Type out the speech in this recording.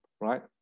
right